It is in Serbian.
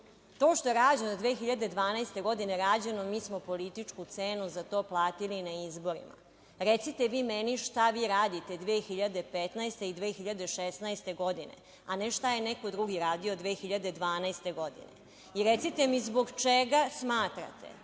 što je rađeno 2012. godine, rađeno je i mi smo političku cenu za to platili na izborima. Recite vi meni šta vi radite 2015. i 2016. godine, a ne šta je neko drugi radio 2012. godine? I recite mi zbog čega smatrate